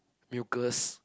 mucous